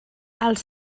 els